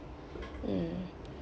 mm